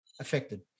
affected